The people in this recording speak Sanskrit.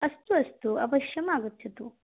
अस्तु अस्तु अवश्यम् आगच्छतु